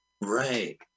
right